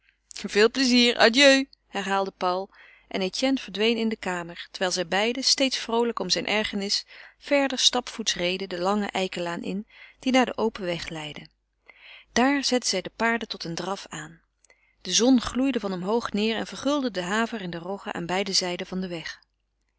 veel plezier adieu herhaalde paul en etienne verdween in de kamer terwijl zij beiden steeds vroolijk om zijne ergernis verder stapvoets reden de lange eikenlaan in die naar de open weg leidde daar zetten zij de paarden tot een draf aan de zon gloeide van omhoog neêr en verguldde de haver en de rogge aan beide zijden van den weg